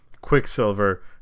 Quicksilver